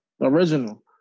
Original